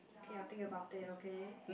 okay I'll think about it okay